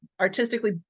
artistically